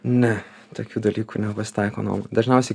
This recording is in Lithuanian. ne tokių dalykų nepasitaiko nomoj dažniausiai